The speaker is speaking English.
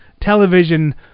television